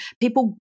people